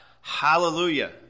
hallelujah